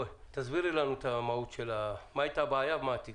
תסבירי לנו מה הייתה הבעיה ומה התיקון.